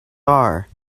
are